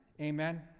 amen